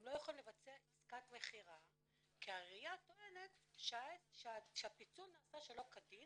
הם לא יכולים לבצע עסקת מכירה כי העיריה טוענת שהפיצול נעשה שלא כדין